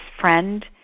friend